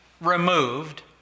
removed